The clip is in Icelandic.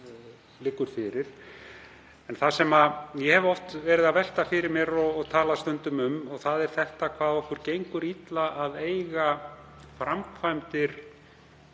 liggur fyrir. En það sem ég hef oft verið að velta fyrir mér og talað stundum um er hvað okkur gengur illa að eiga framkvæmdir